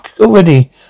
already